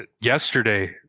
yesterday